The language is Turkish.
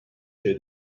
şey